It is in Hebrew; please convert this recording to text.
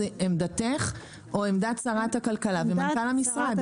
עמדתך או עמדת שרת הכלכלה ומנכ"ל המשרד?